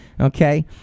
Okay